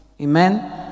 Amen